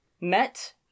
met